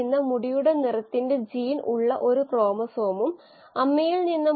ഇതാണ് ലിങ്ക് നമുക്ക് ലിങ്കിൽ ക്ലിക്കുചെയ്ത് പോയി വീഡിയോ കാണാം